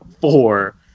four